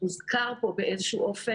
הקיזוז הזה בוצע לאחר חודשיים של אי-הגעה.